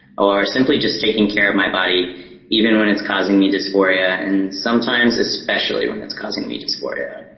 or simply just taking care of my body even when it's causing me dysphoria, and sometimes especially when it's causing me dysphoria.